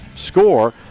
score